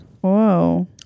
whoa